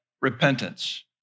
repentance